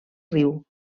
riu